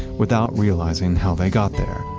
without realizing how they got there,